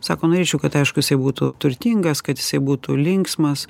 sako norėčiau kad aišku jisai būtų turtingas kad jisai būtų linksmas